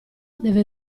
deve